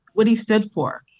what he stood for.